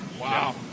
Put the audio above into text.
wow